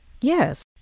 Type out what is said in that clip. Yes